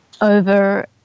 Over